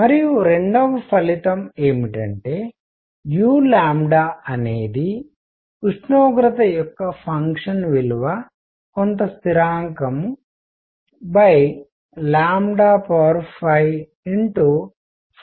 మరియు రెండవ ఫలితం ఏమిటంటే uఅనేది ఉష్ణోగ్రత యొక్క ఫంక్షన్ విలువ కొంత స్థిరాంకం 5 f